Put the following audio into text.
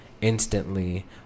instantly